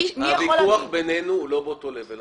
הוויכוח בינינו הוא לא באותו level.